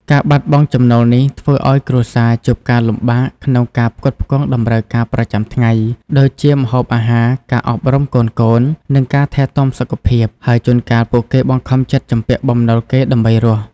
ការបាត់បង់ចំណូលនេះធ្វើឱ្យគ្រួសារជួបការលំបាកក្នុងការផ្គត់ផ្គង់តម្រូវការប្រចាំថ្ងៃ ដូចជាម្ហូបអាហារ ការអប់រំកូនៗ និងការថែទាំសុខភាព ហើយជួនកាលពួកគេបង្ខំចិត្តជំពាក់បំណុលគេដើម្បីរស់។